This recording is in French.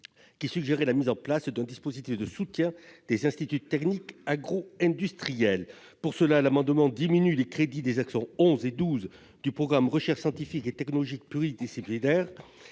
qui suggérait la mise en place d'un dispositif de soutien des instituts techniques agro-industriels. L'amendement tend donc à diminuer les crédits des actions n 11 et 12 du programme « Recherches scientifiques et technologiques pluridisciplinaires